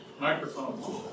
Microphone